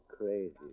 crazy